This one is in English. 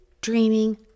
dreaming